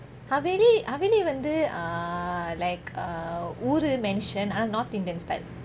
haveli haveli வந்து:vanthu like ஊரு:ooru mansion ஆனா:aana north indian style